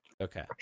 Okay